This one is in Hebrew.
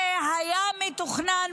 זה היה מתוכנן,